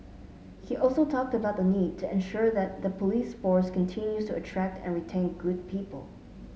he also talked about the need to ensure that the police force continues to attract and retain good people